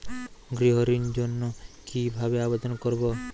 গৃহ ঋণ জন্য কি ভাবে আবেদন করব?